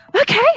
Okay